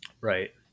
right